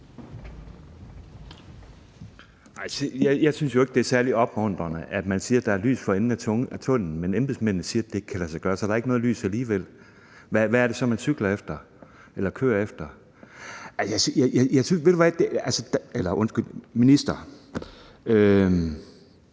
Jeg synes jo ikke, det er særlig opmuntrende, at man siger, der er lys for enden af tunnellen, men embedsmændene siger, at det ikke kan lade sig gøre, så der er ikke noget lys alligevel. Hvad er det så, man cykler efter eller kører efter? Der er noget specielt ved det her. Jeg